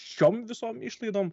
šiom visom išlaidom